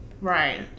Right